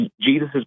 Jesus